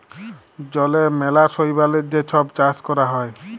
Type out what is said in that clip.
জলে ম্যালা শৈবালের যে ছব চাষ ক্যরা হ্যয়